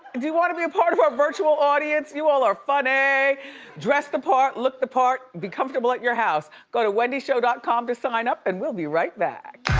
do you wanna be a part of our virtual audience? you all are funny, dress the part, look the part, be comfortable at your house. go to wendyshow dot com to sign up and we'll be right back.